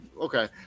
okay